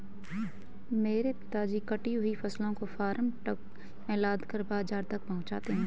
मेरे पिताजी कटी हुई फसलों को फार्म ट्रक में लादकर बाजार तक पहुंचाते हैं